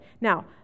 now